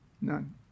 None